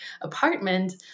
apartment